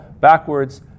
backwards